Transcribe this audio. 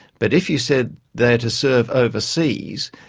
but if you said they are to serve overseas,